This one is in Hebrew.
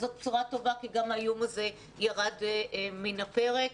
אז זאת בשורה טובה כי גם האיום הזה ירד מן הפרק.